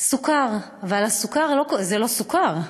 סוכר אבל הסוכר זה לא סוכר,